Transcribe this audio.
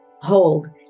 hold